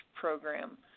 program